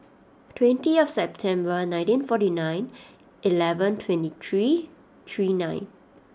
twenty of September nineteen forty nine eleven twenty three three nine